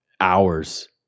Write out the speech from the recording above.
hours